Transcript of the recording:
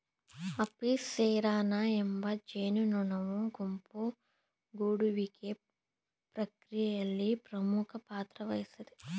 Apis cerana ಎಂಬ ಜೇನುನೊಣವು ಗುಂಪು ಗೂಡುವಿಕೆಯ ಪ್ರಕ್ರಿಯೆಯಲ್ಲಿ ಪ್ರಮುಖ ಪಾತ್ರವಹಿಸ್ತದೆ